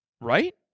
right